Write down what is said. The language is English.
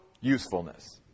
usefulness